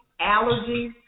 allergies